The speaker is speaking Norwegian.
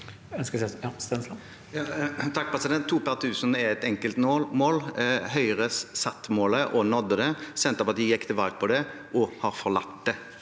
To per tusen er et enkelt mål. Høyre satte målet og nådde det. Senterpartiet gikk til valg på det og har forlatt det.